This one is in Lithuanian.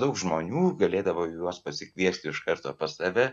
daug žmonių galėdavo juos pasikviesti iš karto pas save